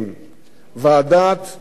ועדת-טרכטנברג.